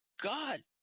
God